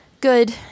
good